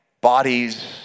bodies